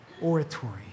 oratory